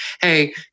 hey